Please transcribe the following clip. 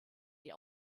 die